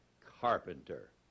carpenter